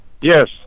Yes